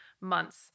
months